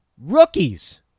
rookies